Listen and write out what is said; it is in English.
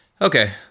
okay